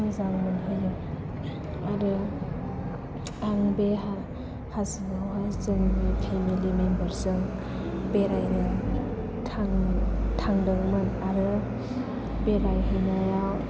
मोजां मोनहोयो आरो आं बे हाजोआवहाय जोंनि फेमिलि मेम्बार जों बेरायनो थांदोंमोन आरो बेरायहैनायाव